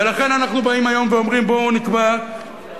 ולכן אנחנו באים היום ואומרים: בואו נקבע בהגינות,